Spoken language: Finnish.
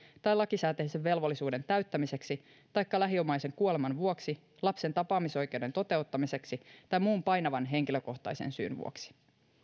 tai lakisääteisen velvollisuuden täyttämiseksi taikka lähiomaisen kuoleman vuoksi lapsen tapaamisoikeuden toteuttamiseksi tai muun painavan henkilökohtaisen syyn vuoksi